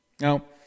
Now